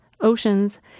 Oceans